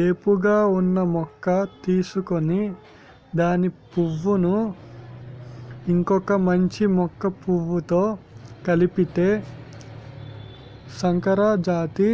ఏపుగా ఉన్న మొక్క తీసుకొని దాని పువ్వును ఇంకొక మంచి మొక్క పువ్వుతో కలిపితే సంకరజాతి